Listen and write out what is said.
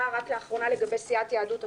רק לאחרונה לגבי סיעת יהדות התורה.